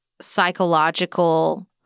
psychological